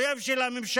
אויב של הממשלה,